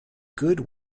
good